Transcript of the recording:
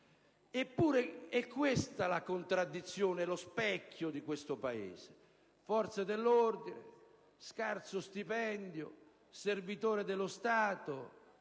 Eppure è questa la contraddizione, lo specchio di questo Paese. Forze dell'ordine, scarso stipendio, servitori dello Stato